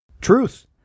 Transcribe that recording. Truth